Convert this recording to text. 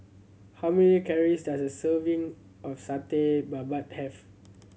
how many calories does a serving of Satay Babat have